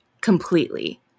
completely